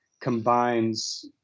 combines